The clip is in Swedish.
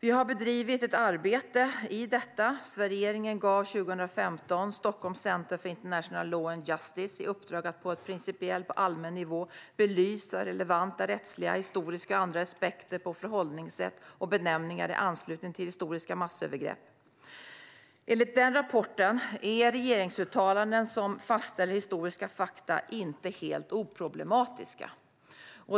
Vi har bedrivit ett arbete för detta. Regeringen gav 2015 Stockholm Centre for International Law and Justice ett uppdrag att på principiell och allmän nivå belysa relevanta rättsliga, historiska och andra aspekter på förhållningssätt och benämningar i anslutning till historiska massövergrepp. Enligt den rapporten är regeringsuttalanden som fastställer historiska fakta inte helt oproblematiska.